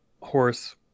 horse